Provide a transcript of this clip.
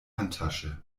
handtasche